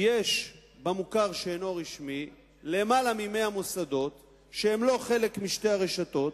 יש במוכר שאינו רשמי למעלה מ-100 מוסדות שהם לא חלק משתי הרשתות,